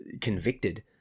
convicted